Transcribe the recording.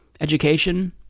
education